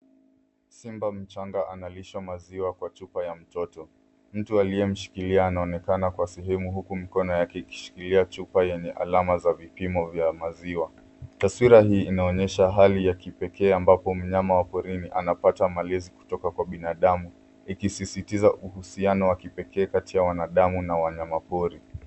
Simba mchanga analishwa maziwa kwa chupa ya mtoto. Mtu aliyemshikilia anaonekana kwa sehemu huku mikono yake ikishikilia chupa yenye alama za vipimo vya maziwa. Taswira hii inaonyesha hali ya kipekee ambapo mnyama wa porini anapata malezi kutoka kwa binadamu; ikisisitiza uhusiano wa kipekee kati ya wanadamu na wanyama pori.